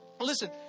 listen